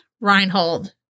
Reinhold